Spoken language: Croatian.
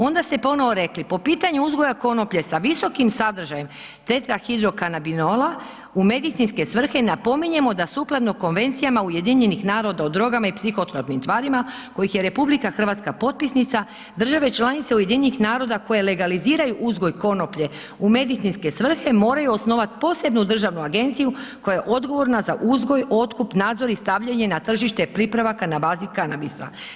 Onda ste ponovo rekli, po pitanju uzgoja konoplje sa visokim sadržajem tetrahidrokanabinola u medicinske svrhe, napominjemo da sukladno Konvenciji UN o drogama i psihotropnim tvarima kojih je RH potpisnica, države članice UN koje legaliziraju uzgoj konoplje u medicinske svrhe moraju osnovat posebnu državnu agenciju koja je odgovorna za uzgoj, otkup, nadzor i stavljanje na tržište pripravaka na bazi kanabisa.